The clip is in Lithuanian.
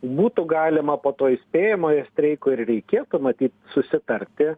būtų galima po to įspėjamojo streiko ir reikėtų matyt susitarti